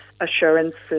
assurances